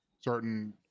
certain